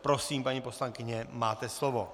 Prosím, paní poslankyně, máte slovo.